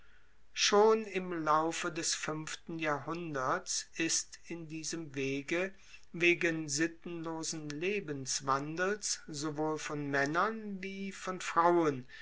schon im laufe des fuenften jahrhunderts ist in diesem wege wegen sittenlosen lebenswandels sowohl von maennern wie von frauen